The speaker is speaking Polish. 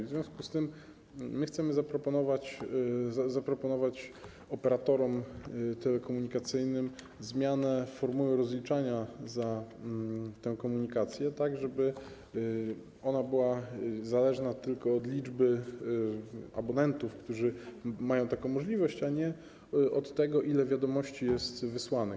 W związku z tym chcemy zaproponować operatorom telekomunikacyjnym zmianę formuły rozliczania za tę komunikację, tak żeby ona była zależna tylko od liczby abonentów, którzy mają taką możliwość, a nie od tego, ile wiadomości jest wysyłanych.